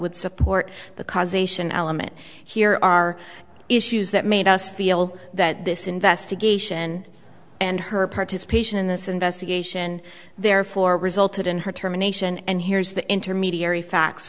would support the cause ation element here are issues that made us feel that this investigation and her participation in this investigation therefore resulted in her term a nation and here's the intermediary facts